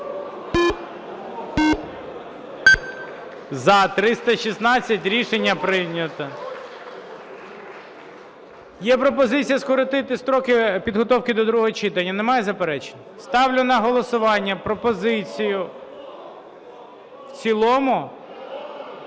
За-316 Рішення прийнято. Є пропозиція скоротити строки підготовки до другого читання. Немає заперечень? Ставлю на голосування пропозицію… В цілому?